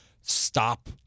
stop